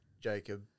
Jacob